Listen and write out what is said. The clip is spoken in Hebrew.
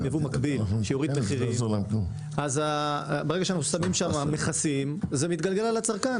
ברגע שאנחנו מטילים מכסים המחיר מתגלגל על הצרכן.